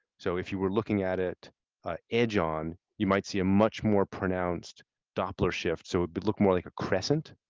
so if you were looking at it edge-on, you might see a much more pronounced doppler shift. so it would look more like a crescent.